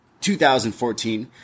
2014